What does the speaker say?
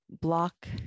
block